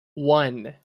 one